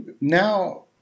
Now